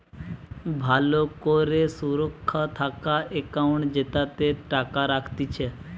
ভালো করে সুরক্ষা থাকা একাউন্ট জেতাতে টাকা রাখতিছে